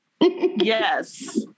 Yes